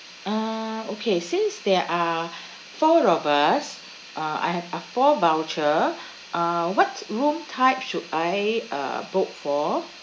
uh okay since there are four of us uh I have uh four voucher uh what room types should I uh book for